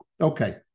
Okay